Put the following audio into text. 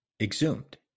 exhumed